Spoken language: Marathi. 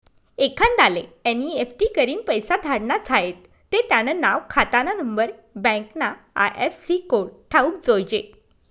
एखांदाले एन.ई.एफ.टी करीन पैसा धाडना झायेत ते त्यानं नाव, खातानानंबर, बँकना आय.एफ.सी कोड ठावूक जोयजे